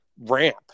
ramp